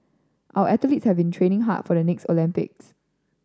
our athletes have been training hard for the next Olympics